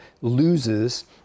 loses